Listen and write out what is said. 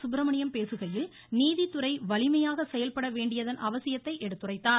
சுப்பிரமணியம் பேசுகையில் நீதித்துறை வலிமையாக செயல்பட வேண்டியதன் அவசியத்தை எடுத்துரைத்தார்